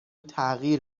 تغییر